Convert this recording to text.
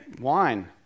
wine